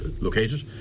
located